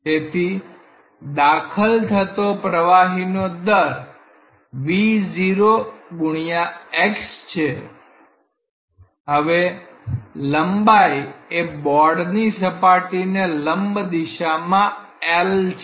તેથી દાખલ થતો પ્રવાહી નો દર v0x છે હવે લંબાઈ એ બોર્ડની સપાટીને લંબ દિશામાં 'L' છે